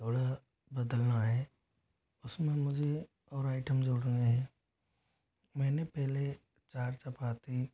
थोड़ा बदलना है उसमें मुझे और आइटम जोड़ने हैं मैंने पहले चार चपाती